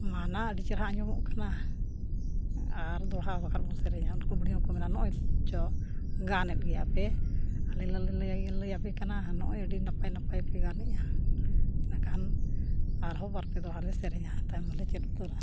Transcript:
ᱢᱟ ᱱᱟ ᱟᱹᱰᱤ ᱪᱮᱨᱦᱟ ᱟᱸᱡᱚᱢᱚᱜ ᱠᱟᱱᱟ ᱟᱨ ᱫᱚᱲᱦᱟ ᱵᱟᱠᱷᱟᱱ ᱵᱚᱱ ᱥᱮᱨᱮᱧᱟ ᱩᱱᱠᱩ ᱵᱩᱰᱷᱤ ᱦᱚᱸᱠᱚ ᱢᱮᱱᱟ ᱱᱚᱜᱼᱚᱭ ᱪᱚ ᱜᱟᱱᱮᱫ ᱜᱮᱭᱟ ᱯᱮ ᱟᱞᱮ ᱞᱟᱹᱭ ᱟᱯᱮ ᱠᱟᱱᱟ ᱱᱚᱜᱼᱚᱭ ᱟᱹᱰᱤ ᱱᱟᱯᱟᱭᱼᱱᱟᱯᱟᱭ ᱯᱮ ᱜᱟᱱᱮᱫᱼᱟ ᱮᱱᱠᱷᱟᱱ ᱟᱨᱦᱚᱸ ᱵᱟᱨᱼᱯᱮ ᱫᱚᱦᱲᱟ ᱞᱮ ᱥᱮᱨᱮᱧᱟ ᱛᱟᱭᱚᱢ ᱫᱚᱞᱮ ᱪᱮᱫ ᱩᱛᱟᱹᱨᱟ